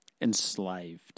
enslaved